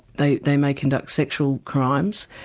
they they may conduct sexual crimes.